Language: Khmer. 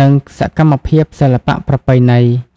និងសកម្មភាពសិល្បៈប្រពៃណី។